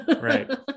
Right